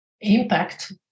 impact